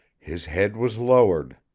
his head was lowered.